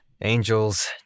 Angels